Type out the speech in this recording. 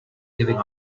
giving